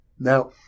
Now